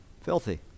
Filthy